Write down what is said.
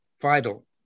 vital